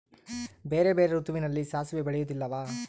ಬೇರೆ ಬೇರೆ ಋತುವಿನಲ್ಲಿ ಸಾಸಿವೆ ಬೆಳೆಯುವುದಿಲ್ಲವಾ?